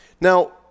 Now